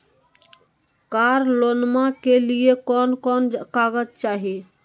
कार लोनमा के लिय कौन कौन कागज चाही?